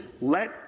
Let